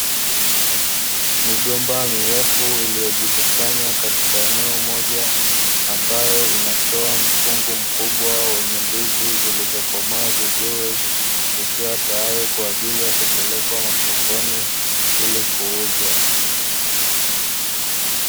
Migomba mirefu iliyojikusanya katika eneo moja, ambayo inatoa mkungu mkubwa wenye ndizi zilizokomaa vizuri zikiwa tayari kwa ajili ya kupelekwa masokoni ili kuuzwa.